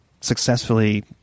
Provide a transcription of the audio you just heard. successfully